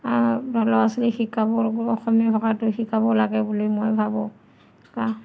ল'ৰা ছোৱালীক শিকাব অসমীয়া ভাষাটো শিকাব লাগে বুলি মই ভাবোঁ